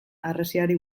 harresiari